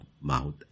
mouth